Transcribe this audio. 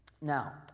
Now